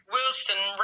Wilson